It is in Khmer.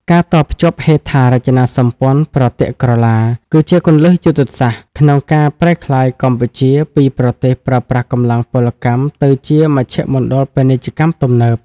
ការតភ្ជាប់ហេដ្ឋារចនាសម្ព័ន្ធប្រទាក់ក្រឡា គឺជាគន្លឹះយុទ្ធសាស្ត្រក្នុងការប្រែក្លាយកម្ពុជាពី "ប្រទេសប្រើប្រាស់កម្លាំងពលកម្ម" ទៅជា "មជ្ឈមណ្ឌលពាណិជ្ជកម្មទំនើប"។